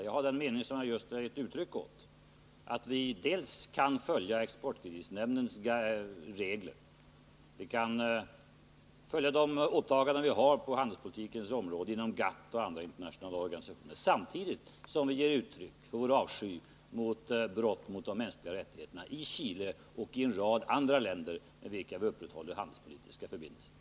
Jag har den mening som jag just nu har givit uttryck åt, nämligen att vi kan arbeta efter de regler som gäller för Exportkreditnämnden och att vi kan fullfölja de åtaganden vi har på handelspolitikens område, inom GATT och andra internationella organisationer, samtidigt som vi ger uttryck för vår avsky i fråga om brott mot de mänskliga rättigheterna i Chile och i en rad andra länder med vilka vi upprätthåller handelspolitiska förbindelser.